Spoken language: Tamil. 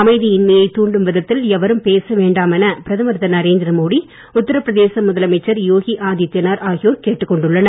அமைதியின்மையை தூண்டும் விதத்தில் எவரும் பேச வேண்டாம் என பிரதமர் திரு நரேந்திரமோடி உத்தரபிரதேச முதலமைச்சர் யோகி ஆதித்யநாத் ஆகியோர் கேட்டுக் கொண்டுள்ளனர்